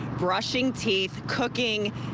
brushing teeth, cooking,